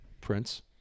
Prince